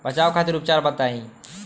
बचाव खातिर उपचार बताई?